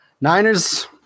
Niners